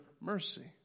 Mercy